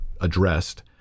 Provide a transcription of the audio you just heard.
addressed